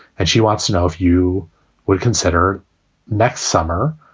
and she wants to know if you would consider next summer.